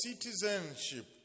citizenship